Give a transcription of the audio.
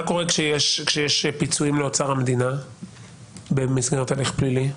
מה קורה כשיש פיצויים לאוצר המדינה במסגרת של הליך פלילי?